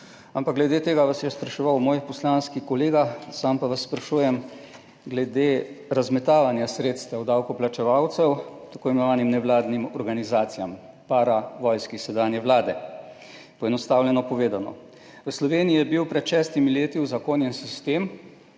Ampak glede tega vas je spraševal moj poslanski kolega, sam pa vas sprašujem glede razmetavanja sredstev davkoplačevalcev tako imenovanim nevladnim organizacijam, paravojski sedanje vlade, poenostavljeno povedano. V Sloveniji je bil pred šestimi leti uzakonjen sistem,